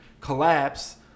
collapse